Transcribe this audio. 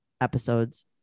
episodes